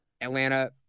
Atlanta